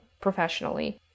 professionally